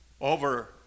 over